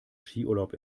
skiurlaub